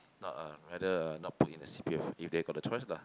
not uh rather uh not put in the C_P_F if they got a choice lah